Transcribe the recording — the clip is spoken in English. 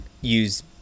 use